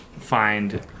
find